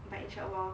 but inshallah